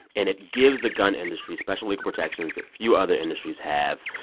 and it gives the gun industry special legal protections that few other industries have.